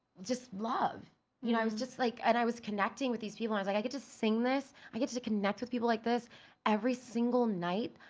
just love you know i was just like, and i was connecting with these people and i was like, i could just sing this. i get to to connect with people like this every single night,